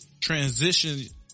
transition